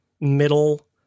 middle